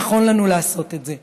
נכון לנו לעשות את זה.